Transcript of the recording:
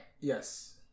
Yes